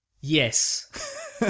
Yes